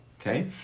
okay